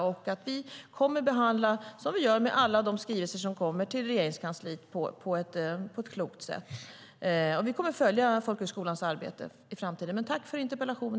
Vi kommer att behandla detta på ett klokt sätt, som vi gör med alla skrivelser som kommer till Regeringskansliet. Vi kommer att följa folkhögskolans arbete i framtiden.